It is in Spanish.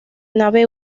nave